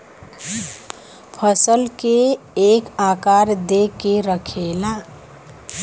फसल के एक आकार दे के रखेला